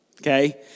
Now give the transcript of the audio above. Okay